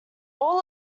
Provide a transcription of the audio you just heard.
all